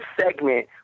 segment